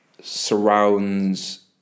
surrounds